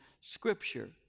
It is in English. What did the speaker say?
Scripture